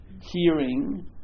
hearing